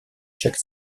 chaque